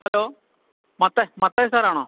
hello Mathai Mathai സാറാണോ